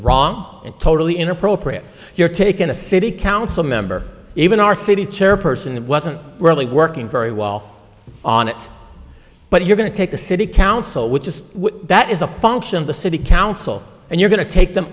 wrong and totally inappropriate you're taking a city council member even our city chairperson and wasn't really working very well on it but if you're going to take the city council which is that is a function of the city council and you're going to take them